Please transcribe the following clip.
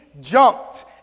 jumped